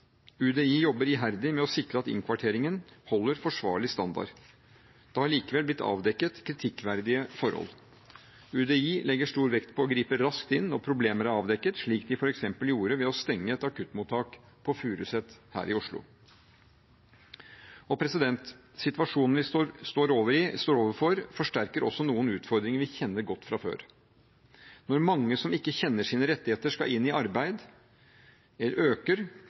UDI jobber iherdig med å sikre at innkvarteringen holder forsvarlig standard. Det har likevel blitt avdekket kritikkverdige forhold. UDI legger stor vekt på å gripe raskt inn når problemer er avdekket, slik de f.eks. gjorde ved å stenge et akuttmottak på Furuset, her i Oslo. Situasjonen vi står overfor, forsterker også noen utfordringer vi kjenner godt fra før. Når mange som ikke kjenner sine rettigheter, skal inn i arbeid, øker